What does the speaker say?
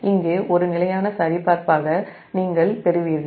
இங்கே ஒரு நிலையான Pi Pe 1 நீங்கள் பெறுவீர்கள்